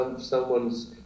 someone's